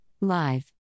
Live